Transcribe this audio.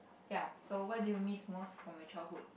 ya so what do you miss most from my childhood